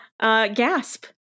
Gasp